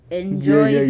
enjoy